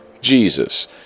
Jesus